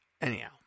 Anyhow